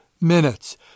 minutes